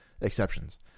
exceptions